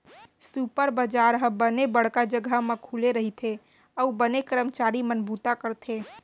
super बजार ह बने बड़का जघा म खुले रइथे अउ बने करमचारी मन बूता करथे